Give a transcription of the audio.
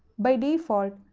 by default,